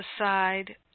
aside